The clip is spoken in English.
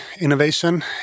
innovation